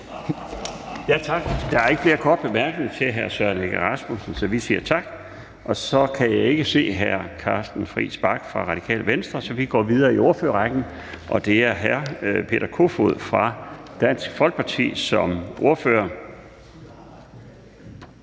Tak. Der er ikke flere korte bemærkninger til hr. Søren Egge Rasmussen, så vi siger tak. Jeg kan ikke se hr. Christian Friis Bach fra Radikale Venstre, så vi går videre i ordførerrækken, og det er nu hr. Peter Kofod fra Dansk Folkeparti som ordfører.